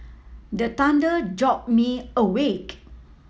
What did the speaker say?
the thunder jolt me awake